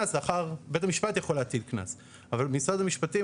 בית המשפט יכול להטיל קנס אבל משרד המשפטים,